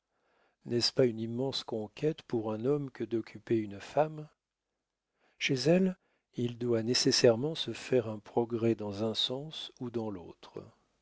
n'est-ce pas une immense conquête pour un homme que d'occuper une femme chez elle il doit nécessairement se faire un progrès dans un sens ou dans l'autre